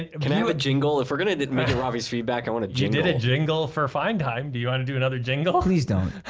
okay, it would jingle if we're going to and to measure robbie's feedback i want to jam it a jingle for fine time. do you want to do another jingle, please don't?